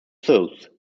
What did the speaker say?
soothe